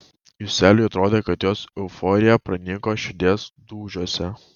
juseliui atrodė kad jos euforija pranyko širdies dūžiuose